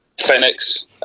Phoenix